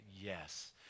Yes